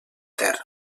terra